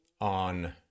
on